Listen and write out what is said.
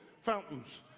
fountains